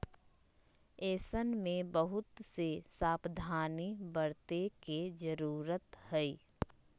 ऐसन में बहुत से सावधानी बरते के जरूरत हई